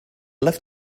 love